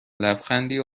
لبخندی